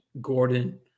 Gordon